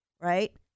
right